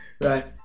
right